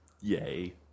Yay